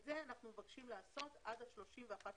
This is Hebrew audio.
את זה אנחנו מבקשים לעשות עד ה-31 למארס,